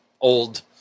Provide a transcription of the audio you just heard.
old